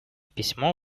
письмо